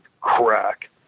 crack